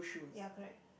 ya correct